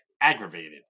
aggravated